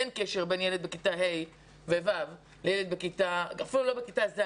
אין קשר בין ילד בכיתה ה' ו-ו' לילד אפילו בכיתה ז',